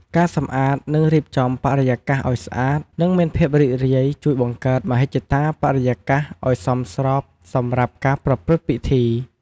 ការសម្អាតនឹងរៀបចំបរិយាកាសឲ្យស្អាត និងមានភាពរីករាយ ជួយបង្កើតមហិច្ឆតាបរិយាកាសឲ្យសមស្របសម្រាប់ការប្រព្រឹត្តិពិធី។